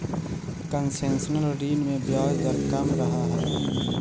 concessional ऋण में ब्याज दर कम रहऽ हइ